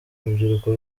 urubyiruko